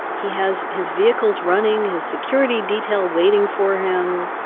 he has his vehicles running, his security detail waiting for him.